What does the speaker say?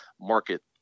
market